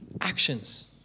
Actions